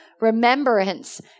remembrance